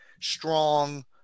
strong